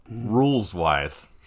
rules-wise